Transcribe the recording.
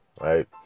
right